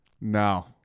No